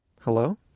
Hello